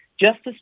Justice